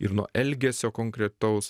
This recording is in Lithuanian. ir nuo elgesio konkretaus